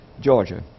Georgia